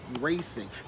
racing